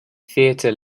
theater